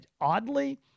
oddly